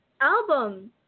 album